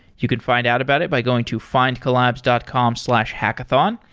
you can find out about it by going to findcollabs dot com slash hackathon.